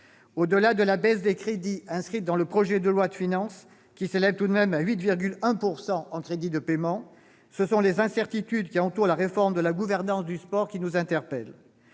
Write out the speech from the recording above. Au-delà de la baisse des crédits inscrite dans le projet de loi de finances qui s'élève tout de même à 8,1 % en crédits de paiement, ce sont les incertitudes qui entourent la réforme de la gouvernance du sport qui nous conduisent